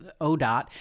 ODOT